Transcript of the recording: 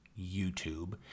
YouTube